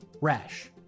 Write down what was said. rash